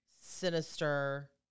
sinister